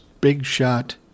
big-shot